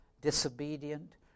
disobedient